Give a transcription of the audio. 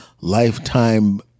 lifetime